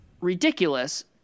ridiculous